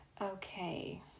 Okay